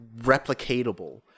replicatable